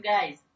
guys